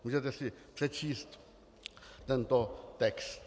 Můžete si přečíst tento text.